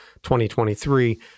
2023